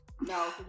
no